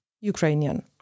Ukrainian